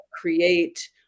create